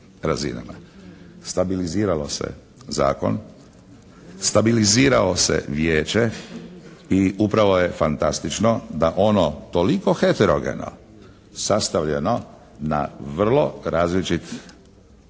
Stabilizirao se zakon, stabiliziralo se vijeće i upravo je fantastično da ono toliko heterogeno sastavljeno na vrlo različitih da